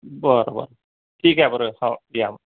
बरं बरं ठीक आहे बरं हो या मग